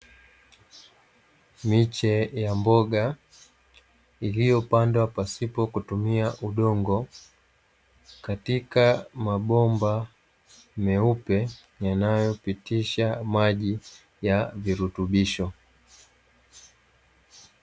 Miche ya mboga iliyopandwa pasipo kutumia udongo katika mabomba meupe yanayopitisha maji ya virutubisho.